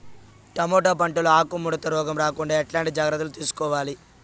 Tomato పంట లో ఆకు ముడత రోగం రాకుండా ఎట్లాంటి జాగ్రత్తలు తీసుకోవాలి?